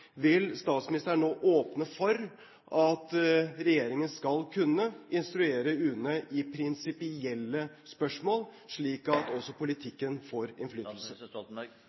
Vil statsministeren nå åpne for at regjeringen skal kunne instruere UNE i prinsipielle spørsmål slik at også politikken får innflytelse?